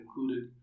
included